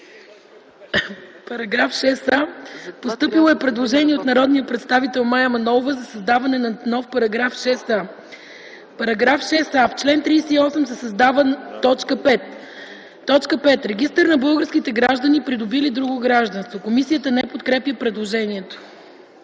ФИДОСОВА: Постъпило е предложение от народния представител Мая Манолова за създаване на нов § 6а: „§ 6а. В чл. 38 се създава т. 5: „5. регистър на българските граждани, придобили друго гражданство.” Комисията не подкрепя предложението.